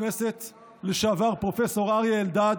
חבר הכנסת לשעבר פרופ' אריה אלדד